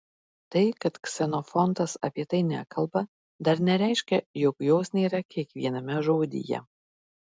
tai kad ksenofontas apie tai nekalba dar nereiškia jog jos nėra kiekviename žodyje